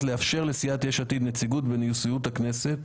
לאפשר לסיעת "יש עתיד" נציגות בנשיאות הכנסת,